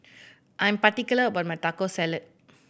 I'm particular about my Taco Salad